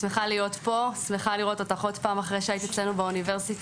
שמחה להיות פה ולראות אותך שוב אחרי שהיית אצלנו באוניברסיטה.